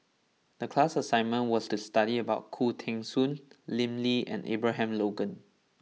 the class assignment was to study about Khoo Teng Soon Lim Lee and Abraham Logan